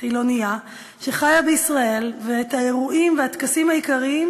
שחיים בישראל, ואת האירועים והטקסים העיקריים